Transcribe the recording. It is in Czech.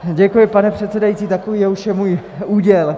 Děkuji, pane předsedající, takový je už můj úděl.